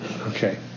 Okay